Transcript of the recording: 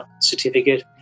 certificate